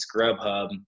Grubhub